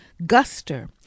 Guster